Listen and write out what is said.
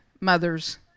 mothers